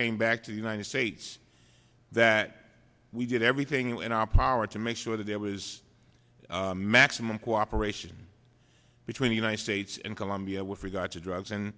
came back to the united states that we did everything in our power to make sure that there was maximum cooperation between the united states and colombia with regard to drugs and